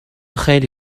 خیلی